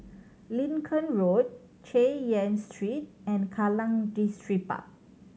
Lincoln Road Chay Yan Street and Kallang Distripark